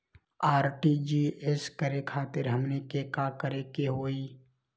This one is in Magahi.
आर.टी.जी.एस करे खातीर हमनी के का करे के हो ई?